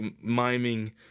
miming